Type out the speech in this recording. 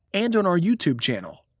and on our you tube channel,